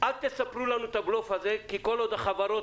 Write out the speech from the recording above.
אל תספרו לנו את הבלוף הזה כי כל עוד החברות